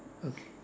okay